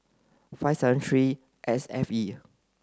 five seven three S F E